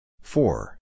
Four